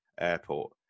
airport